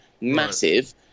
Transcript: massive